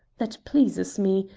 that pleases me.